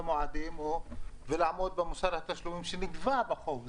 במועדים ובמוסר התשלומים שנקבע בחוק.